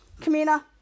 Kamina